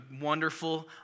wonderful